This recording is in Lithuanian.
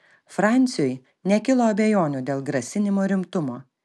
franciui nekilo abejonių dėl grasinimo rimtumo